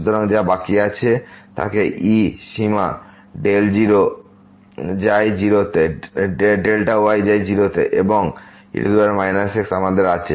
সুতরাং যা বাকি থাকে e সীমা y যায় 0 তে এবং e x আমাদের আছে